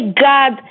God